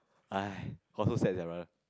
!haiz! got so sad sia brother